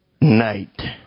night